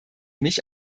mich